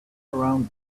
around